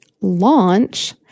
launch